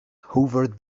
hoovered